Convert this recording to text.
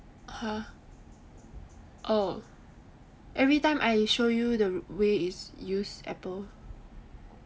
!huh! oh everytime I show you the way is use Apple